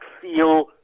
feel